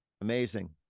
amazing